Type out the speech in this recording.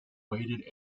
weighted